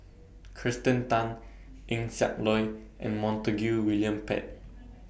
Kirsten Tan Eng Siak Loy and Montague William Pett